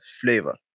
flavor